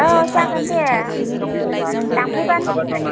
औ जागोन दे उम लांफैबानो जाबाय